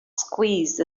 squeezed